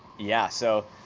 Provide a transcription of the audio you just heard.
yeah, so,